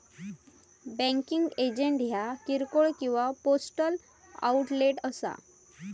banking agent ह्या किरकोळ किंवा पोस्टल आउटलेट असा